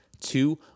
two